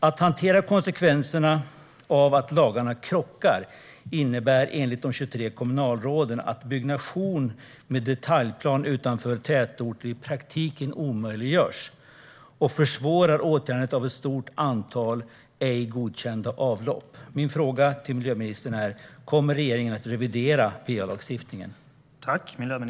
Att hantera konsekvenserna av att lagarna krockar innebär enligt de 23 kommunalråden att byggnation med detaljplan utanför tätorter i praktiken omöjliggörs och att åtgärdandet av ett stort antal ej godkända avlopp försvåras. Min fråga till miljöministern är: Kommer regeringen att revidera va-lagstiftningen?